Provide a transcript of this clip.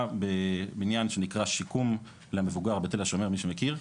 בבניין שנקרא 'שיקום למבוגר' בתל השומר מי שמכיר.